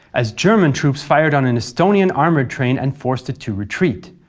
as german troops fired on an estonian armoured train and forced it to retreat.